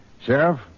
Sheriff